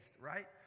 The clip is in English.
right